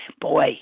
boy